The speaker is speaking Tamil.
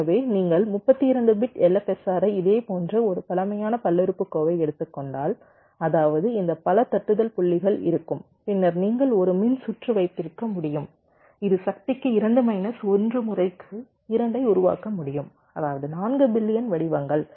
எனவே நீங்கள் 32 பிட் LFSR ஐ இது போன்ற ஒரு பழமையான பல்லுறுப்புக்கோவை எடுத்துக் கொண்டால் அதாவது இந்த பல தட்டுதல் புள்ளிகள் இருக்கும் பின்னர் நீங்கள் ஒரு மின்சுற்று வைத்திருக்க முடியும் இது சக்திக்கு 2 மைனஸ் 1 முறைக்கு 2 ஐ உருவாக்க முடியும் அதாவது 4 பில்லியன் வடிவங்கள்